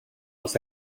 los